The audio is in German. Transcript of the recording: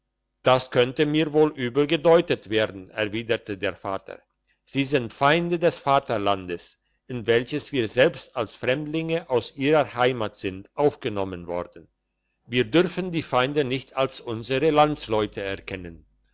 das könnte mir wohl übel gedeutet werden erwiderte der vater sie sind feinde des vaterlandes in welches wir selbst als fremdlinge aus ihrer heimat sind aufgenommen worden wir dürfen die feinde nicht als unsere landsleute erkennen